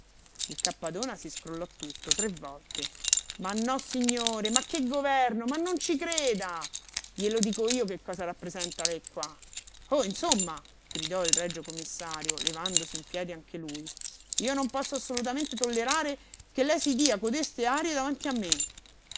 il cappadona si scrollò tutto tre volte ma nossignore ma che governo ma non ci creda glielo dico io che cosa rappresenta lei qua oh insomma gridò il regio commissario levandosi in piedi anche lui io non posso assolutamente tollerare che lei si dia codeste arie davanti a me